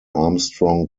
armstrong